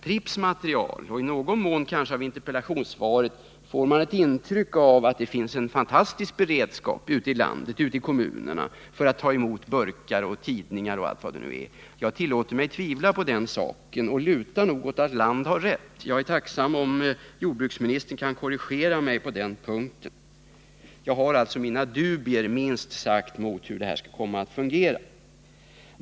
Pripps material och kanske även i någon mån interpellationssvaret ger ett intryck av att man ute i kommunerna har en fantastisk beredskap för att ta emot burkar, tidningar och andra typer av avfall. Jag tillåter mig tvivla på detta och lutar åt att Land har rätt, men jag vore tacksam om jordbruksministern kunde korrigera mig på den punkten. Jag hyser alltså minst sagt dubier om huruvida denna insamlingsverksamhet kommer att fungera.